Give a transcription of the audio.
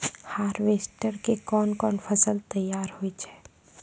Harvester के कोन कोन फसल तैयार होय छै?